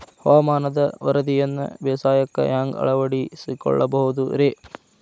ಹವಾಮಾನದ ವರದಿಯನ್ನ ಬೇಸಾಯಕ್ಕ ಹ್ಯಾಂಗ ಅಳವಡಿಸಿಕೊಳ್ಳಬಹುದು ರೇ?